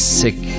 sick